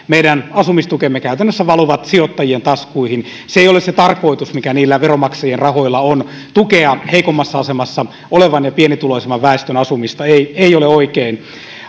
meidän asumistukemme käytännössä valuvat sijoittajien taskuihin se ei ole se tarkoitus mikä niillä veronmaksajien rahoilla on tukea heikommassa asemassa olevan ja pienituloisimman väestön asumista ei ei ole oikein